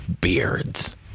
Beards